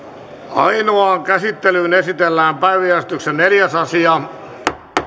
ainoaan käsittelyyn esitellään päiväjärjestyksen neljäs asia